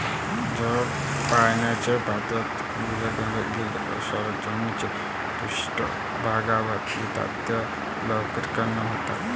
जेव्हा पाण्याच्या पातळीत विरघळलेले क्षार जमिनीच्या पृष्ठभागावर येतात तेव्हा लवणीकरण होते